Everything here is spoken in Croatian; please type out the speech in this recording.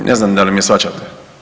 Ne znam da li me shvaćate?